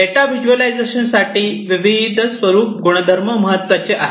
data visualisation साठी विविध स्वरूप गुणधर्म महत्त्वाचे आहे